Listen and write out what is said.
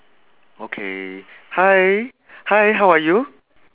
okay hi hi how are you